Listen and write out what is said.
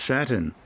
Saturn